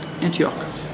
Antioch